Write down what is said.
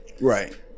Right